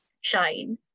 shine